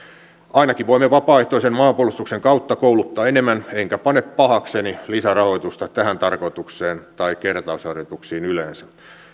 ainakin voimme vapaaehtoisen maanpuolustuksen kautta kouluttaa enemmän enkä pane pahakseni lisärahoitusta tähän tarkoitukseen tai kertausharjoituksiin yleensä